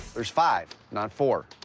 there's five, not four.